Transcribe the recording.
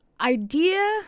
idea